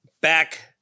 back